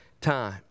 time